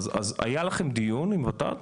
אז היה לכם דיון עם ות"ת?